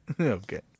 Okay